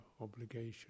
obligation